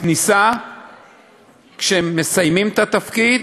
בכניסה וכשמסיימים את התפקיד.